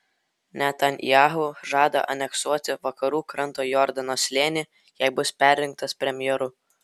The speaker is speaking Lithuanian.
netanyahu žada aneksuoti vakarų kranto jordano slėnį jei bus perrinktas premjeru